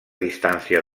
distància